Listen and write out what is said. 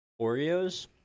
Oreos